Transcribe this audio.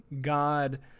God